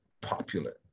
popular